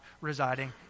residing